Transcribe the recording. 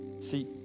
See